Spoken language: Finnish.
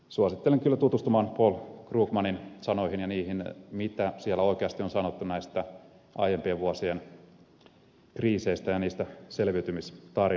suosittelen kyllä tutustumaan paul krugmanin sanoihin ja siihen mitä siellä oikeasti on sanottu näistä aiempien vuosien kriiseistä ja niistä selviytymistarinoista